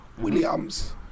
Williams